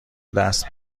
دست